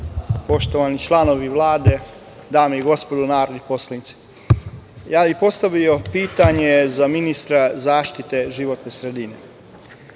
poštovani članovi Vlade, dame i gospodo narodni poslanici, postavio bih pitanje za ministra zaštite životne sredine.